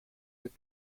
the